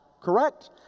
Correct